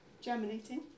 germinating